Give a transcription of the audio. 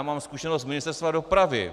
Mám zkušenost z Ministerstva dopravy.